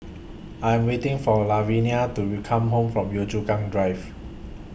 I'm waiting For Lavinia to re Come Home from Yio Chu Kang Drive